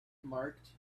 marked